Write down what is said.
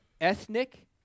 ethnic